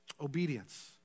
Obedience